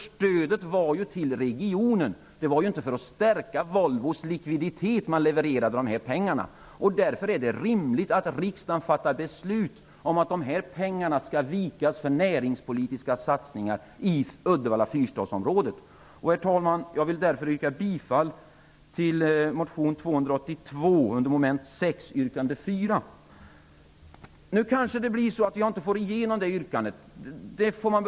Stödet var ju avsett för regionen. Det var inte för att stärka Volvos likviditet som man levererade dessa pengar. Därför är det rimligt att riksdagen fattar beslut om att pengarna skall vikas för näringspolitiska satsningar i Uddevalla-- Herr talman! Jag vill yrka bifall till yrkande 4 i motion 282 under mom. 6. Jag får sannolikt inte igenom det yrkandet.